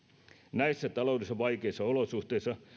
näissä taloudellisesti vaikeissa olosuhteissa